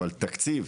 אבל תקציב